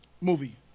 Movie